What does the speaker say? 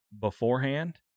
beforehand